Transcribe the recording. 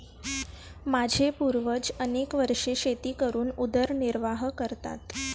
माझे पूर्वज अनेक वर्षे शेती करून उदरनिर्वाह करतात